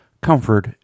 comfort